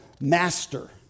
master